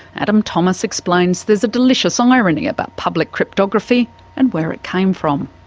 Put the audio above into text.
adam thomas explains there's a delicious um irony about public cryptography and where it came from.